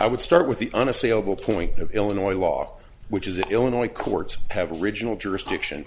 i would start with the unassailable point of illinois law which is illinois courts have original jurisdiction